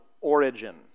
origin